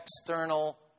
external